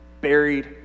buried